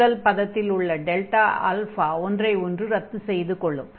முதல் பதத்தில் உள்ள α ஒன்றை ஒன்று ரத்து செய்து கொள்ளும்